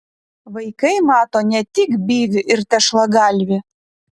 vaikai mato ne tik byvį ir tešlagalvį